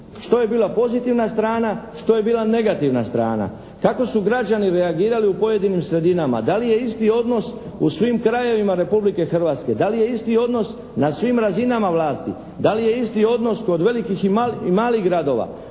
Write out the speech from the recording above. što je bila pozitivna strana, što je bila negativna strana, kako su građani reagirali u pojedinim sredinama, da li je isti odnos u svim krajevima Republike Hrvatske, da li je isti odnos na svim razinama vlasti, da li je isti odnos kod velikih i malih gradova.